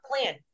plan